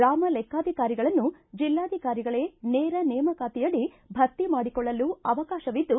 ಗ್ರಾಮ ಲೆಕ್ಕಾಧಿಕಾರಿಗಳನ್ನು ಜಿಲ್ಲಾಧಿಕಾರಿಗಳೇ ನೇರ ನೇಮಕಾತಿಯಡಿ ಭರ್ತಿ ಮಾಡಿಕೊಳ್ಳಲು ಅವಕಾಶವಿದ್ದು